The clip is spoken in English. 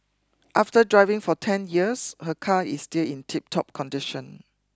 after driving for ten years her car is still in tiptop condition